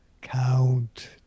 Count